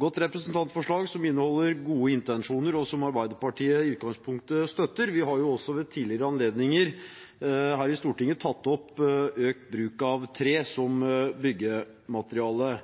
godt representantforslag, som inneholder gode intensjoner, og som Arbeiderpartiet i utgangspunktet støtter. Vi har jo også ved tidligere anledninger her i Stortinget tatt opp økt bruk av tre som byggemateriale.